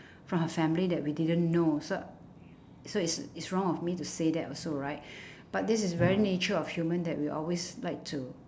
from her family that we didn't know so so it's it's wrong of me to say that also right but this is very nature of human that we always like to